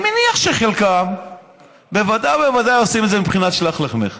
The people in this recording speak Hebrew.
אני מניח שחלקם בוודאי ובוודאי עושים את זה בבחינת שלח לחמך.